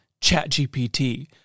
ChatGPT